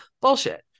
Bullshit